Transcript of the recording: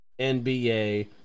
NBA